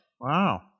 Wow